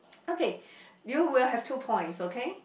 okay you will have two points okay